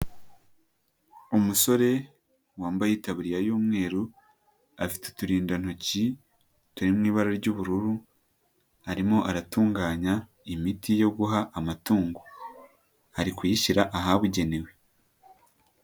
Umusore wambaye itabiriya y'umweru, afite uturindantoki turi mu ibara ry'ubururu, arimo aratunganya imiti yo guha amatungo, ari kuyishyira ahabugenewe.